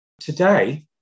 today